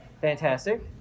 Fantastic